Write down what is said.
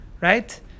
right